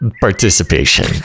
participation